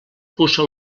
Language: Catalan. puça